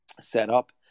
setup